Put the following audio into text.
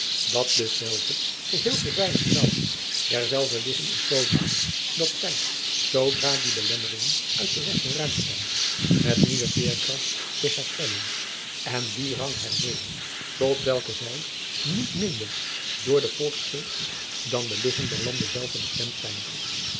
dat dezelve geheel verdwijnen zou derzelver ligging is zoodanig dat zij zoodra die belemmeringen uit den weg geruimd zijn met nieuwe veerkracht zich herstellen en dien rang hernemen tot welke zij niet minder door den volksgeest dan de ligging der landen zelve bestemd zijn